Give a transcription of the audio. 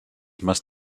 must